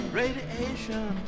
radiation